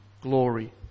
glory